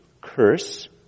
curse